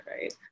right